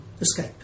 escape